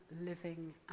living